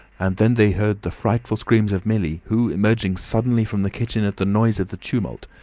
and then they heard the frightful screams of millie, who, emerging suddenly from the kitchen at the noise of the tumult,